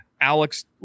Alex